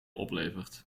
oplevert